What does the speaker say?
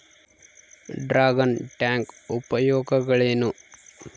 Dragon tank ಉಪಯೋಗಗಳೇನು?